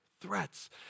threats